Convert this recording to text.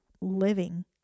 living